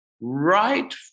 right